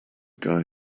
guy